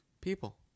people